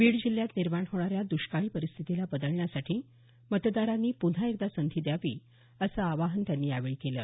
बीड जिल्ह्यात निर्माण होणाऱ्या दृष्काळी परिस्थितीला बदलण्यासाठी मतदारांनी पुन्हा एकदा संधी द्यावी असं आवाहनही त्यांनी यावेळी केलं